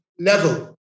Level